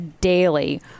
daily